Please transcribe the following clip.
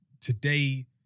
today